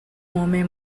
homem